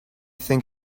think